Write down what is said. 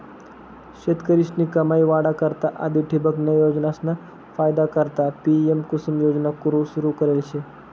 शेतकरीस्नी कमाई वाढा करता आधी ठिबकन्या योजनासना फायदा करता पी.एम.कुसुम योजना सुरू करेल शे